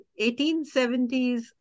1870s